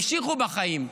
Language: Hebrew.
המשיכו בחיים,